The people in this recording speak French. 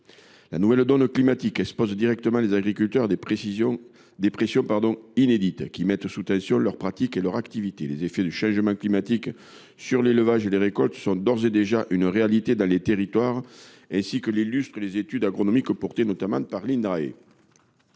La nouvelle donne climatique expose directement les agriculteurs à des pressions inédites, qui mettent sous tension leurs pratiques et leur activité. Les effets du changement climatique sur l’élevage et les récoltes sont d’ores et déjà une réalité dans les territoires, ainsi que l’illustrent les études agronomiques portées notamment par l’Inrae.